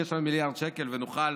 יהיה שם מיליארד שקל ונוכל